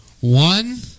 one